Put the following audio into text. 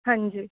ਹਾਂਜੀ